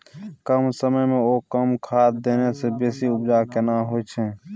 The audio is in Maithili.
कम समय ओ कम खाद देने से बेसी उपजा केना होय छै?